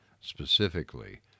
specifically